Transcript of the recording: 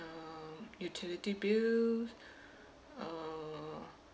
um utility bills um